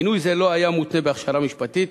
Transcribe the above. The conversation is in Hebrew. מינוי זה לא היה מותנה בהכשרה משפטית.